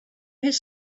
his